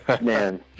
Man